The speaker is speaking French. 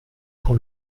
pour